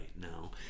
now